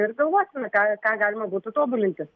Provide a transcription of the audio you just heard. ir galvosime ką ką galima būtų tobulinti